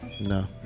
No